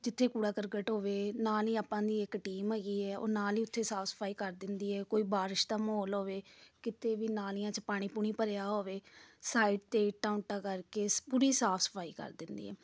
ਜਿੱਥੇ ਕੂੜਾ ਕਰਕਟ ਹੋਵੇ ਨਾਲ ਹੀ ਆਪਾਂ ਦੀ ਇੱਕ ਟੀਮ ਹੈਗੀ ਹੈ ਉਹ ਨਾਲ ਹੀ ਉੱਥੇ ਸਾਫ਼ ਸਫ਼ਾਈ ਕਰ ਦਿੰਦੀ ਹੈ ਕੋਈ ਬਾਰਿਸ਼ ਦਾ ਮਾਹੌਲ ਹੋਵੇ ਕਿਤੇ ਵੀ ਨਾਲੀਆਂ 'ਚ ਪਾਣੀ ਪੂਣੀ ਭਰਿਆ ਹੋਵੇ ਸਾਈਡ 'ਤੇ ਇੱਟਾਂ ਉੱਟਾਂ ਕਰਕੇ ਸ ਪੂਰੀ ਸਾਫ਼ ਸਫ਼ਾਈ ਕਰ ਦਿੰਦੀ ਆ